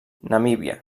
namíbia